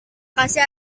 kasih